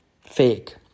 fake